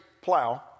plow